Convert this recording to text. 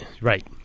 right